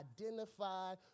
identify